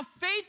faith